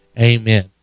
Amen